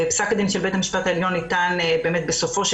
פסק הדין של בית המשפט העליון ניתן בסופו של